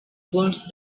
punts